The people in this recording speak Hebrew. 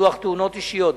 ביטוח תאונות אישיות,